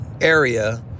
area